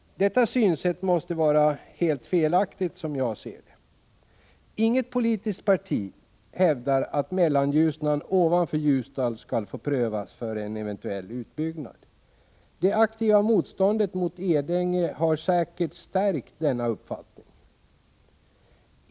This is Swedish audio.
Detta synsätt måste vara helt felaktigt, som jag ser det. Inget politiskt parti hävdar att Mellan-Ljusnan ovanför Ljusdal skall få prövas för en eventuell utbyggnad. Det aktiva motståndet mot Edänge har säkert stärkt denna uppfattning.